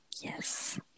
Yes